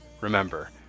remember